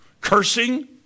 cursing